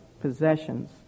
possessions